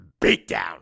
Beatdown